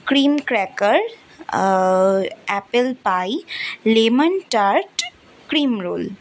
cream cracker apple pie lemon tart cream roll